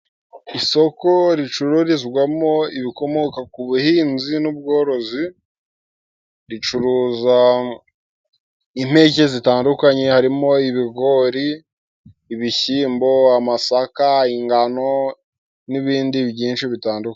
Isoko ricururizwamo ibikomoka ku buhinzi n'ubworozi, ricuruza impeke zitandukanye harimo: ibigori, ibishyimbo, amasaka, ingano n'ibindi byinshi bitandukanye.